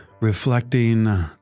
reflecting